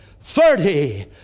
thirty